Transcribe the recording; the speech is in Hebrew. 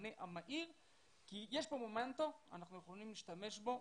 המענה המהיר כי יש כאן מומנטום ואנחנו יכולים להשתמש בו.